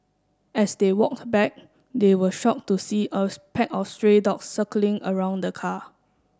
as they walked back they were shock to see a pack of stray dogs circling around the car